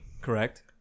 Correct